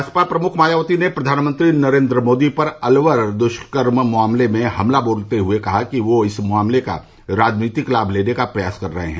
बसपा प्रमुख मायावती ने प्रधानमंत्री नरेन्द्र मोदी पर अलवर दुष्कर्म मामले में हमला बोलते हुए कहा कि वह इस मामले का राजनीतिक लाभ लेने का प्रयास कर रहे हैं